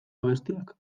abestiak